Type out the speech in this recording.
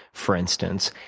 for instance,